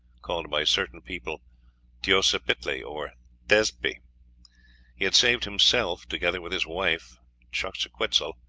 called by certain peoples teocipactli or tezpi. he had saved himself, together with his wife xochiquetzal,